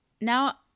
Now